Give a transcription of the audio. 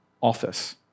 office